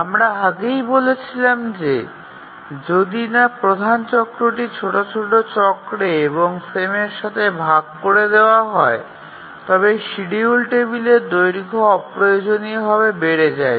আমরা আগেই বলেছিলাম যে যদি না প্রধান চক্রটি ছোট ছোট চক্রে এবং ফ্রেমের সাথে ভাগ করে দেওয়া হয় তবে শিডিউল টেবিলের দৈর্ঘ্য অপ্রয়োজনীয়ভাবে বেড়ে যায়